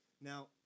now